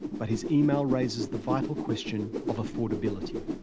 but his email raises the vital question of affordability.